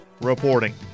reporting